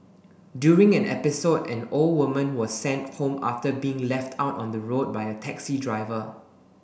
during an episode an old woman was sent home after being left out on the road by a taxi driver